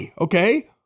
Okay